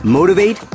Motivate